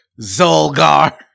Zolgar